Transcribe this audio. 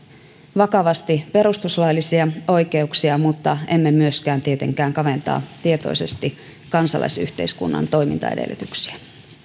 vakavasti perustuslaillisia oikeuksia mutta emme myöskään tietenkään kaventaa tietoisesti kansalaisyhteiskunnan toimintaedellytyksiä